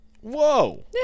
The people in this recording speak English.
Whoa